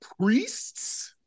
priests